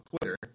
Twitter